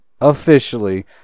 officially